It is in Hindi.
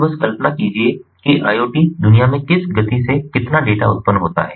तो बस कल्पना कीजिए कि IoT दुनिया में किस गति से कितना डेटा उत्पन्न होता है